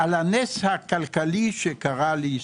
על הנס הכלכלי שקרה לישראל.